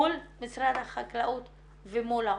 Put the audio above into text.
מול משרד החקלאות ומול האוכלוסייה.